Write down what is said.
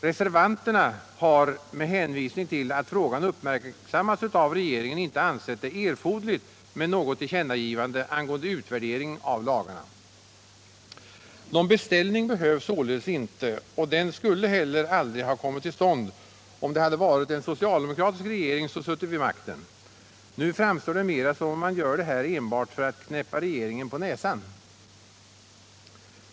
Reservanterna har med hänvisning till att frågan uppmärksammats av regeringen inte ansett det erforderligt med något tillkännagivande angående utvärdering av lagarna. Någon beställning behövs således inte, och den skulle heller aldrig ha kommit till stånd om det varit en socialdemokratisk regering som suttit vid makten. Nu framstår det mera som om man gör det här enbart för att ”knäppa regeringen på näsan”.